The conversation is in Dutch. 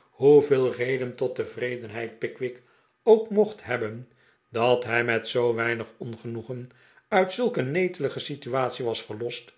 hoeveel reden tot tevredenheid pickwick ook mocht hebben dat hij met zoo weinig ongenoegen uit zulk een neteiige situatie was verlost